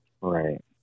Right